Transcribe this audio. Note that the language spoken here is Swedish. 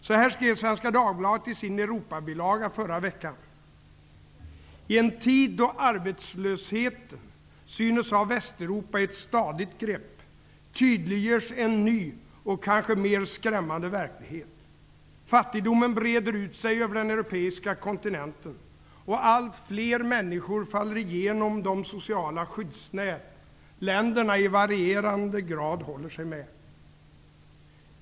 Så här skrev Svenska Dagbladet i sin Europabilaga förra veckan: ''I en tid då arbetslösheten synes ha Västeuropa i ett stadigt grepp, tydliggörs en ny och kanske mer skrämmande verklighet. Fattigdomen breder ut sig över den europeiska kontinenten och allt fler människor faller igenom de sociala skyddsnät länderna i varierande grad håller sig med.''